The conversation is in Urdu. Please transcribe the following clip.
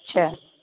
اچھا